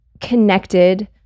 connected